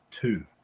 two